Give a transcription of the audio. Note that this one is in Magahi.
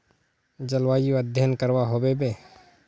जलवायु अध्यन करवा होबे बे?